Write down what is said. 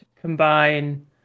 combine